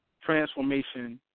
Transformation